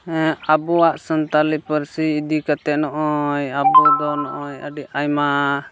ᱟᱵᱚᱣᱟᱜ ᱥᱟᱱᱛᱟᱲᱤ ᱯᱟᱹᱨᱥᱤ ᱤᱫᱤ ᱠᱟᱛᱮᱫ ᱱᱚᱜᱼᱚᱸᱭ ᱟᱵᱚ ᱫᱚ ᱱᱚᱜᱼᱚᱸᱭ ᱟᱹᱰᱤ ᱟᱭᱢᱟ